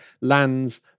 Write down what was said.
lands